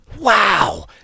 Wow